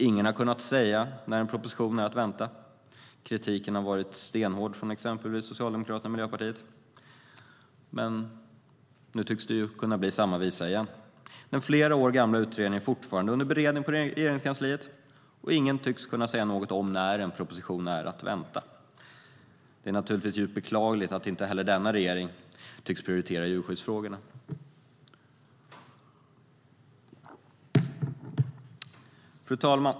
Ingen har kunnat säga när en proposition är att vänta. Fru talman!